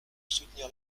soutenir